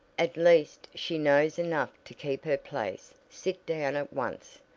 at least she knows enough to keep her place. sit down at once,